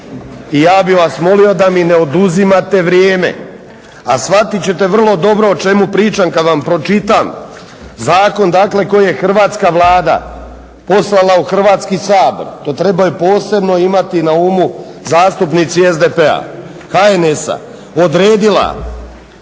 I ja bih vas molio da mi ne oduzimate vrijeme, a shvatit ćete vrlo dobro o čemu pričam kad vam pročitam zakon, dakle koji je hrvatska Vlada poslala u Hrvatski sabor. To trebaju posebno imati na umu zastupnici SDP-a, HNS-a, odredila